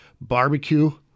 barbecue